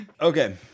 Okay